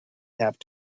have